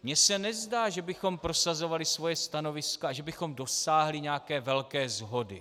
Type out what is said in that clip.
Mně se nezdá, že bychom prosazovali svoje stanoviska a že bychom dosáhli nějaké velké shody.